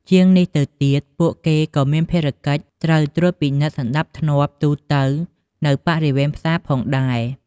ជាងនេះទៅទៀត ពួកគេក៏មានភារកិច្ចត្រូវ ត្រួតពិនិត្យសណ្តាប់ធ្នាប់ ទូទៅនៅបរិវេណផ្សារផងដែរ។